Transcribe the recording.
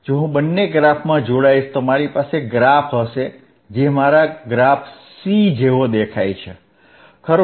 જો હું બંને ગ્રાફમાં જોડાઈશ તો મારી પાસે ગ્રાફ હશે જે મારા ગ્રાફ C જેવો દેખાય છે બરાબર